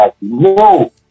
No